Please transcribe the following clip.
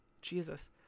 jesus